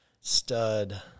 stud